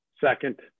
second